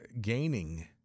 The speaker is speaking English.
gaining